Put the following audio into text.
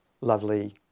lovely